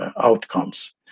outcomes